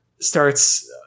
starts